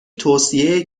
توصیه